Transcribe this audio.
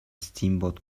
steamboat